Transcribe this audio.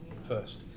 first